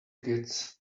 kids